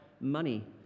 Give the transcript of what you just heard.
money